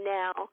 now